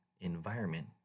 environment